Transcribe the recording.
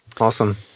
Awesome